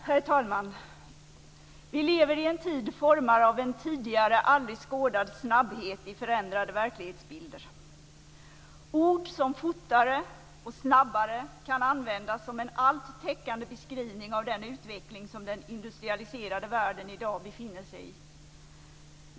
Herr talman! Vi lever i en tid formad av en tidigare aldrig skådad snabbhet i förändrade verklighetsbilder och av ord som fortare och snabbare kan användas som en allt täckande beskrivning av den utveckling som den industrialiserade världen i dag befinner sig i.